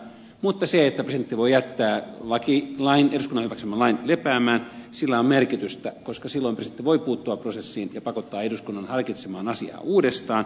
mutta sillä että presidentti voi jättää eduskunnan hyväksymän lain lepäämään on merkitystä koska silloin presidentti voi puuttua prosessiin ja pakottaa eduskunnan harkitsemaan asiaa uudestaan